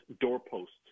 doorposts